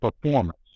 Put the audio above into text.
performance